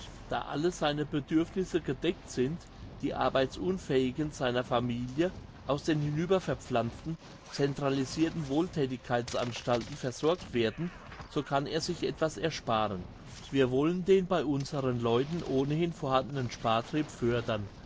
da alle seine bedürfnisse gedeckt sind die arbeitsunfähigen seiner familie aus den hinüber verpflanzten centralisirten wohlthätigkeitsanstalten versorgt werden so kann er sich etwas ersparen wir wollen den bei unseren leuten ohnehin vorhandenen